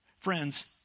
Friends